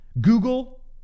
Google